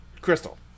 Crystal